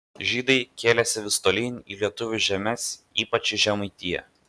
žydai kėlėsi vis tolyn į lietuvių žemes ypač į žemaitiją